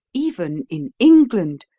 even in england,